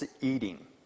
eating